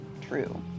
true